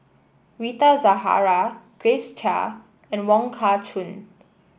Rita Zahara Grace Chia and Wong Kah Chun